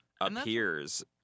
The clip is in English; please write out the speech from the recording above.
appears